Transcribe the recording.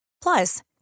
Plus